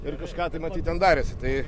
ir kažką tai matyt ten darėsi tai